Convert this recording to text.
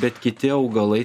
bet kiti augalai